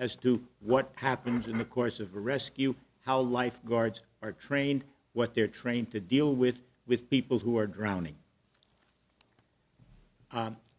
as to what happens in the course of the rescue how lifeguards are trained what they're trained to deal with with people who are drowning